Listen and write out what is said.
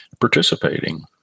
participating